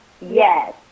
Yes